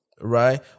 right